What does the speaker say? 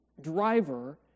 driver